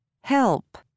Help